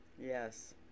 Yes